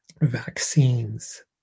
vaccines